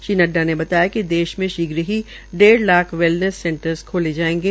श्री नड़डा ने बताया कि देश में शीघ्र ही डेढ़ लाख वेलनेस सेटर्स खोले जायेंगे